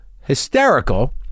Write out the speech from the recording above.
hysterical